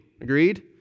Agreed